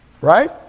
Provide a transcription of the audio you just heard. Right